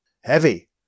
Heavy